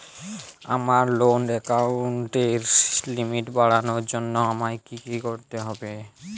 আমার লোন অ্যাকাউন্টের লিমিট বাড়ানোর জন্য আমায় কী কী করতে হবে?